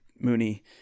Mooney